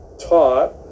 taught